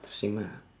same ah